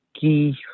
key